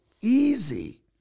easy